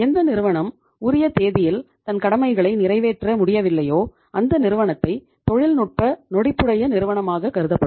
எந்த நிறுவனம் உரிய தேதியில் தன் கடமைகளை நிறைவேற்ற முடியவில்லையோ அந்த நிறுவனத்தை தொழில்நுட்ப நொடிப்புடைய நிறுவனமாக கருதப்படும்